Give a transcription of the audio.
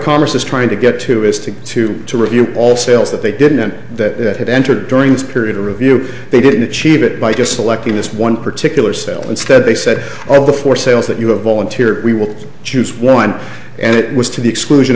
congress is trying to get to is to to to review all sales that they didn't that had entered during this period a review they didn't achieve it by just selecting this one particular sale instead they said well before sales that you have volunteered we will choose one and it was to the exclusion